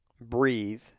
breathe